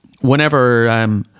whenever